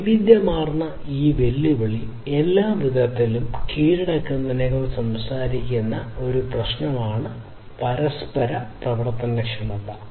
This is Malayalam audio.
വൈവിധ്യമാർന്ന ഈ വെല്ലുവിളി എല്ലാവിധത്തിലും കീഴടക്കുന്നതിനെക്കുറിച്ച് സംസാരിക്കുന്ന ഈ പ്രശ്നമാണ് പരസ്പര പ്രവർത്തനക്ഷമത